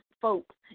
folks